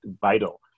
vital